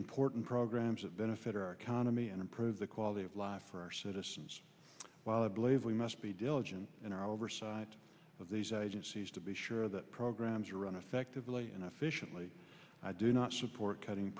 important programs that benefit our economy and improve the quality of life for our citizens while i believe we must be diligent in our oversight of these agencies to be sure that programs are run effectively and efficiently i do not support cutting